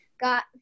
got